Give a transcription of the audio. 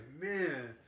man